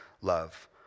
love